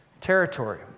territory